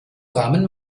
rammen